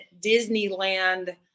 Disneyland